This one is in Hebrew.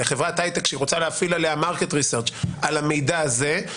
לחברת הייטק שהיא רוצה להפעיל עליה מרקט ריסרצ' על המידע הזה,